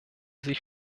sich